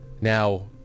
now